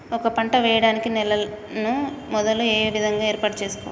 ఒక పంట వెయ్యడానికి నేలను మొదలు ఏ విధంగా ఏర్పాటు చేసుకోవాలి?